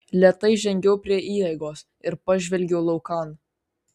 lėtai žengiau prie įeigos ir pažvelgiau laukan